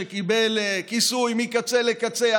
שקיבל כיסוי מקצה לקצה,